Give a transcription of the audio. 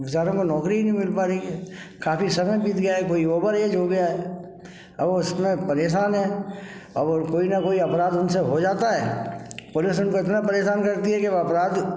बेचारों को नौकरी ही नहीं मिल पा रही है काफी समय बीत गया है कोई ओवर एज हो गया है अब उसमें परेशान हैं अब और कोई न कोई अपराध उनसे हो जाता है पुलिस उनको इतना परेशान करती है कि अब अपराध